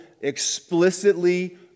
explicitly